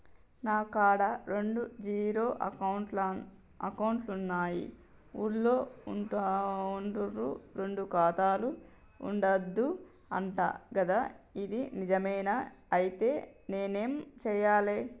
నా కాడా రెండు జీరో అకౌంట్లున్నాయి ఊళ్ళో అంటుర్రు రెండు ఖాతాలు ఉండద్దు అంట గదా ఇది నిజమేనా? ఐతే నేనేం చేయాలే?